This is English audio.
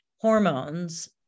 hormones